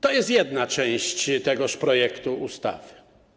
To jest jedna część tego projektu ustawy.